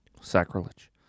Sacrilege